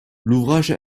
l’ouvrage